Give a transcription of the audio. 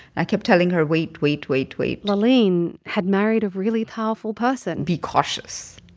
i kept telling her wait, wait, wait, wait laaleen had married a really powerful person be cautious